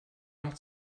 nach